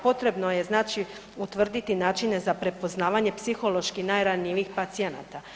Potrebno je znači utvrditi načine za prepoznavanje psihološki najranjivijih pacijenata.